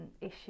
issue